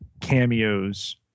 cameos